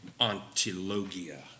antilogia